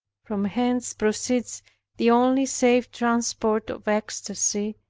from hence proceeds the only safe transport of ecstasy,